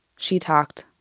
she talked.